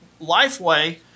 Lifeway